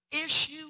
issue